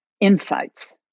insights